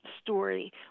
story